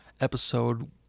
episode